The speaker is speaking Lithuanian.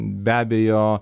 be abejo